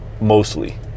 mostly